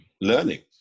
learning